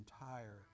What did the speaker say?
entire